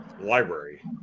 library